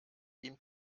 ihm